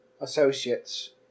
associates